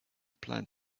plan